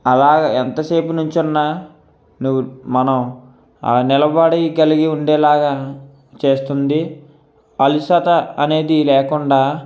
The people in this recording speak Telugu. అలాగ ఎంతసేపు నుంచున్న నువ్వు మనం నిలబడి కలిగి ఉండేలాగా చేస్తుంది అలుసట అనేది లేకుండా